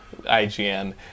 IGN